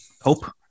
Hope